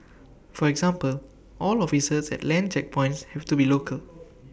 for example all officers at land checkpoints have to be local